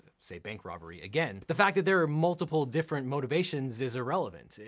say bank robbery again, the fact that there are multiple different motivations is irrelevant.